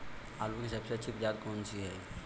आलू की सबसे अच्छी प्रजाति कौन सी है?